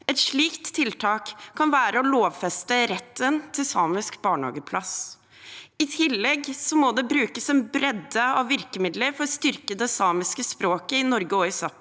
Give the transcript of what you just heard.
Et slikt tiltak kan være å lovfeste retten til samisk barnehageplass. I tillegg må det brukes en bredde av virkemidler for å styrke det samiske språket i Norge og i Sápmi.